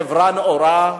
חברה נאורה,